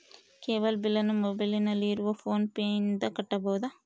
Cable ಬಿಲ್ಲನ್ನು ಮೊಬೈಲಿನಲ್ಲಿ ಇರುವ ಫೋನ್ ಪೇನಿಂದ ಕಟ್ಟಬಹುದಾ?